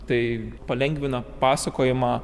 tai palengvina pasakojimą